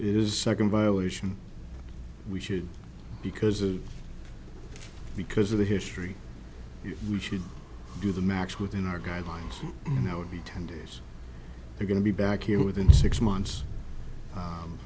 is second violation we should because of because of the history we should do the math within our guidelines you know would be ten days we're going to be back here within six months